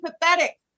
pathetic